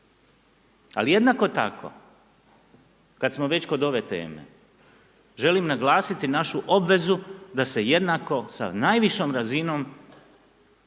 ali jednako tako kad smo već kod ove teme, želim naglasiti našu obvezu da se jednako sa najvišom razinom